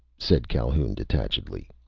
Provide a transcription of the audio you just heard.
said calhoun detachedly.